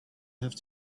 have